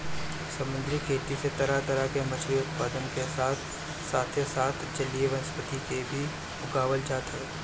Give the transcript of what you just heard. समुंदरी खेती से तरह तरह के मछरी उत्पादन के साथे साथ जलीय वनस्पति के भी उगावल जात हवे